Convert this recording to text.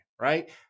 right